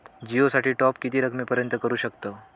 जिओ साठी टॉप किती रकमेपर्यंत करू शकतव?